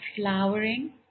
flowering